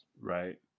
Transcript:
Right